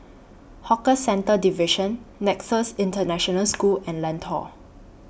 Hawker Centres Division Nexus International School and Lentor